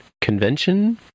Convention